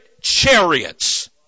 chariots